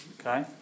Okay